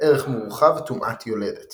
ערך מורחב – טומאת יולדת